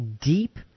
deep